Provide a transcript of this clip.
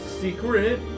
Secret